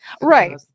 Right